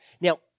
Now